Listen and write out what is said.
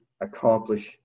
accomplish